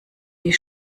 die